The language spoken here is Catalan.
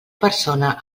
persona